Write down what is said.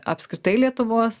apskritai lietuvos